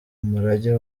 umurage